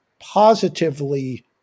positively